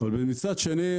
אבל מצד שני,